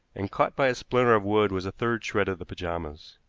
and caught by a splinter of wood was a third shred of the pajamas.